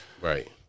Right